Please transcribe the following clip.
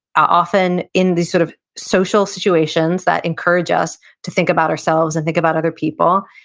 often in these sort of social situations that encourage us to think about ourselves and think about other people,